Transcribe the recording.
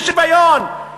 בשוויון,